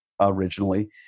originally